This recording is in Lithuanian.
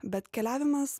bet keliavimas